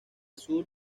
sur